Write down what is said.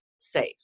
safe